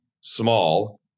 small